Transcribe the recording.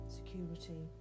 security